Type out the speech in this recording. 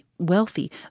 wealthy